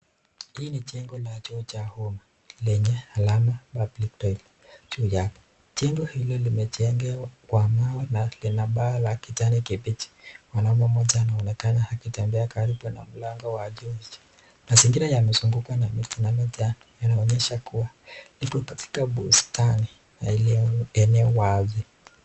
Hii ni jengo la choo cha umma lenye alama Public Toilet juu yake. Jengo hilo limejengwa kwa mawe na lina paa la kijani kibichi na mama mmoja anaonekana akitembea karibu na mlango wa choo hicho. Mazingira yamezungukwa na miti linalojaa linaonyesha kuwa liko katika bustani la eneo wazi.